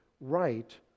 right